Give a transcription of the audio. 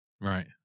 Right